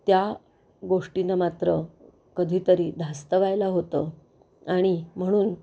त्या गोष्टीनं मात्र कधीतरी धास्तवायला होतं आणि म्हणून